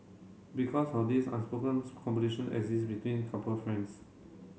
because of this unspoken competition exists between couple friends